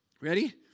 Ready